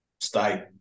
Stay